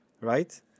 Right